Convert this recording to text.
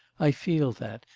i feel that,